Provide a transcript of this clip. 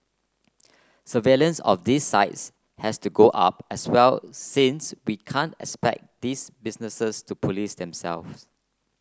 surveillance of these sites has to go up as well since we can't expect these businesses to police themselves